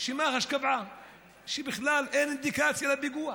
שמח"ש קבעה שבכלל אין אינדיקציה לפיגוע.